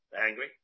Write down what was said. angry